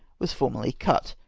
was formally cut,